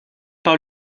par